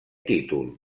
títol